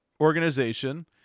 organization